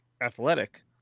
athletic